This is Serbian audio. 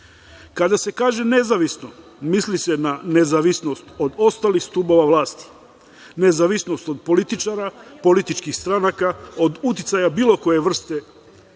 se kaže – nezavisno, misli se na nezavisnost od ostalih stubova vlasti, nezavisnost od političara, političkih stranaka, od uticaja bilo koje vrste,